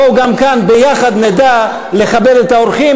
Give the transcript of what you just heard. בואו גם כאן ביחד נדע לכבד את האורחים.